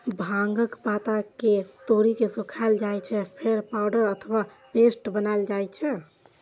भांगक पात कें तोड़ि के सुखाएल जाइ छै, फेर पाउडर अथवा पेस्ट बनाएल जाइ छै